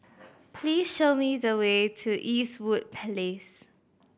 please show me the way to Eastwood Place